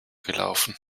gelaufen